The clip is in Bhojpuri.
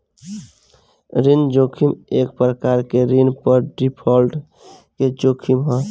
ऋण जोखिम एक प्रकार के ऋण पर डिफॉल्ट के जोखिम ह